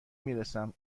میرسم